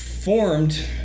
formed